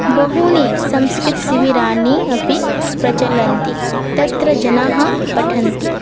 बहूनि संस्कृतशिबिराणि अपि प्रचलन्ति तत्र जनाः पठन्ति